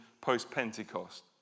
post-Pentecost